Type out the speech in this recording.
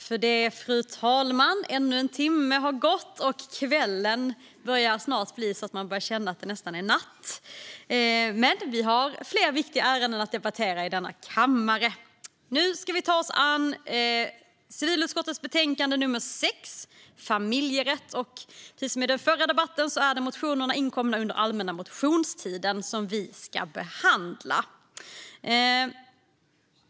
Fru talman! Ännu en timme har gått, och man börjar känna att det snart är natt. Men vi har flera viktiga ärenden att debattera i denna kammare. Nu ska vi ta oss an civilutskottets betänkande 6 om familjerätt. Precis som i den förra debatten är det motioner inkomna under allmänna motionstiden som vi ska behandla.